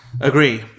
Agree